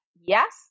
Yes